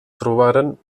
trobaren